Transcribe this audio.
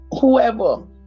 whoever